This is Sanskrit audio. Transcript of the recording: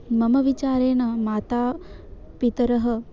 मम विचारेण मातापितरः